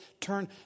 turn